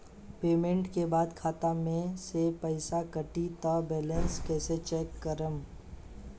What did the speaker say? Payment के बाद खाता मे से पैसा कटी त बैलेंस कैसे चेक करेम?